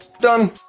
Done